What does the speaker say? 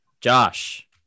Josh